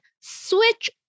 switch